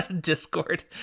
Discord